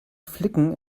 flicken